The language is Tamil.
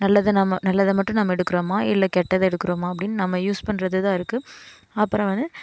நல்லது நாம் நல்லதை மட்டும் நாம் எடுக்கிறோமா இல்லை கெட்டதை எடுக்கிறோமா அப்படின்னு நம்ம யூஸ் பண்ணுறது தான் இருக்குது அப்புறம் வந்து